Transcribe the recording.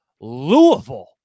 Louisville